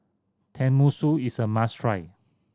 tenmusu is a must try